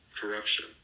corruption